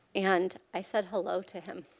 and i said hello to him.